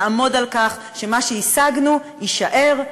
נעמוד על כך שמה שהשגנו יישאר,